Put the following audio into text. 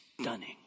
stunning